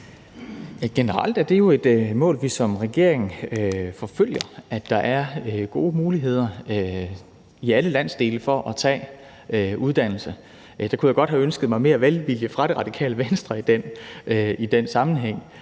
Generelt er det jo et mål, vi som regering forfølger, nemlig at der er gode muligheder i alle landsdele for at tage en uddannelse. Der kunne jeg godt have ønsket mig mere velvilje fra Radikale Venstre i den sammenhæng,